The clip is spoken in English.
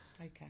Okay